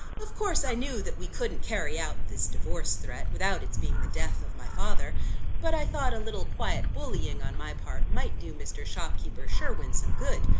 of course i knew that we couldn't carry out this divorce-threat, without its being the death of my father but i thought a little quiet bullying on my part might do mr. shopkeeper sherwin some good.